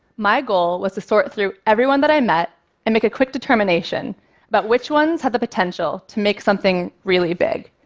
my goal was to sort through everyone that i met and make a quick determination about which ones had the potential to make something really big.